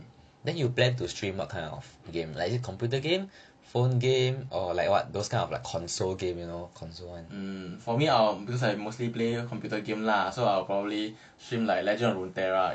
then you plan to stream what kind of games like is it computer game phone game or like what those kind of like console game you know console [one]